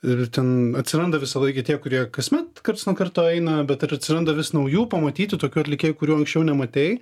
ir ten atsiranda visą laiką tie kurie kasmet karts nuo karto eina bet ir atsiranda vis naujų pamatyti tokių atlikėjų kurių anksčiau nematei